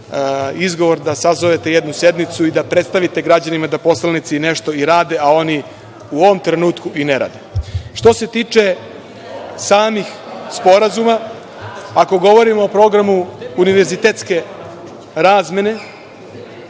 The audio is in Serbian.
izgovor da sazovete jednu sednicu i da predstavite građanima da poslanici nešto i rade, a oni u ovom trenutku i ne rade. Što se tiče samih sporazuma, ako govorimo o programu univerzitetske razmene,